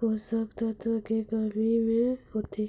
पोषक तत्व के कमी मे होथे?